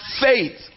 faith